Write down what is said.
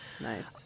Nice